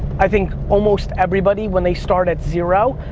i think almost everybody, when they start at zero,